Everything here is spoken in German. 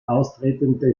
austretende